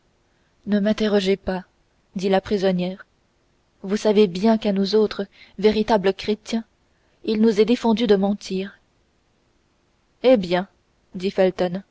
ne m'interrogez pas dit la prisonnière vous savez bien qu'à nous autres véritables chrétiens il nous est défendu de mentir eh bien